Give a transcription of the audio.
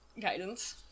guidance